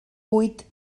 huit